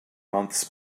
months